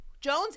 Jones